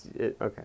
Okay